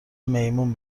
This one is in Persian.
میمون